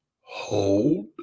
hold